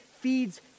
feeds